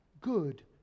good